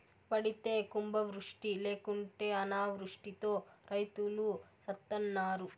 పడితే కుంభవృష్టి లేకుంటే అనావృష్టితో రైతులు సత్తన్నారు